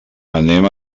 anem